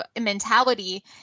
mentality